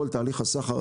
לכל תהליך הסחר,